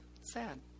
sad